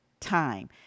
time